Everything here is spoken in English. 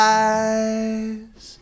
eyes